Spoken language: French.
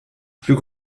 plus